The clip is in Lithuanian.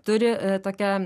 turi tokią